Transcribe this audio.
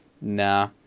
Nah